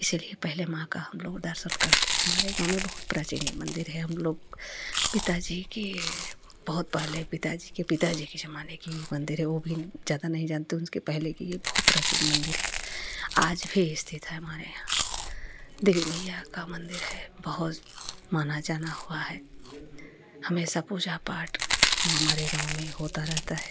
इसलिए पहले माँ का हम लोग दर्शन करते हैं हमारे गाँव में बहुत प्राचीनी मंदिर है हम लोग पिता जी के बहुत पहले पिता जी के पिता जी के ज़माने की ही मंदिर है वह भी ज़्यादा नहीं जानते उसके पहले की ही बहुत प्राचीन मंदिर है आज भी स्थित है हमारे यहाँ देवी मैया का मंदिर है बहुत माना जाना हुआ है हमेशा पूजा पाठ हमारे गाँव में होता रहता है